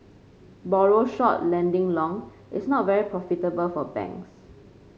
borrow short lending long is not very profitable for banks